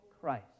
Christ